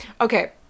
Okay